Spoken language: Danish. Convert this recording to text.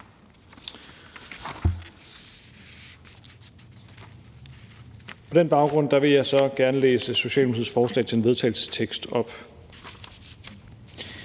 På den baggrund vil jeg så gerne læse Socialdemokratiets forslag til en vedtagelsestekst op: